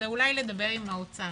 זה אולי לדבר עם האוצר.